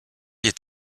est